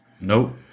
Nope